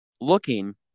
Looking